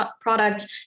product